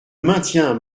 maintiens